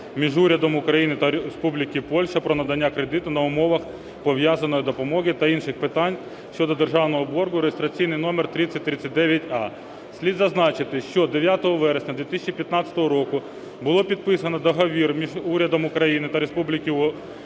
між Урядом України та Урядом Республіки Польща про надання кредиту на умовах пов'язаної допомоги та інших питань щодо державного боргу (реєстраційний номер 3039а). Слід зазначити, що 9 вересня 2015 року було підписано Договір між Урядом України та Республіки Польща